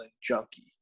junkie